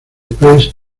place